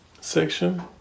section